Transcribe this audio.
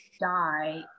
die